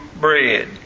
bread